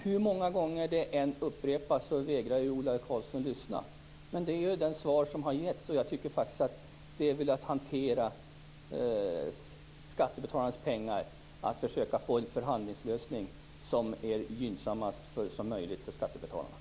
Hur många gånger det än upprepas vägrar Ola Karlsson att lyssna. Det är det svar som givits. Jag tycker att det är viktigt för hanteringen av skattebetalarnas pengar att försöka få en förhandlingslösning som är gynnsammast möjlig för skattebetalarna.